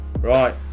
Right